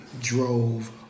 drove